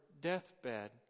deathbed